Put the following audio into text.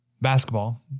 basketball